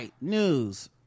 news